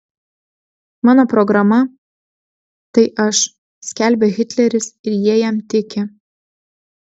mano programa tai aš skelbia hitleris ir jie jam tiki